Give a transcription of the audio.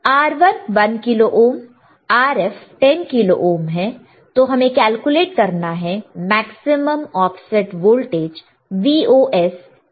R1 1 kilo ohm Rf 10 kilo ohm है तो हमें कैलकुलेट करना है मैक्सिमम ऑफसेट वोल्टेज Vos इन Ib के कारण